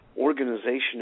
organization